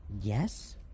Yes